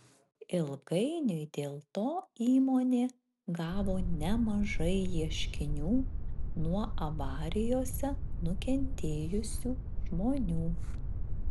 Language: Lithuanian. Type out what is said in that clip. ilgainiui dėl to įmonė gavo nemažai ieškinių nuo avarijose nukentėjusių žmonių